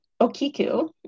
okiku